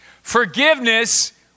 forgiveness